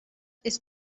ist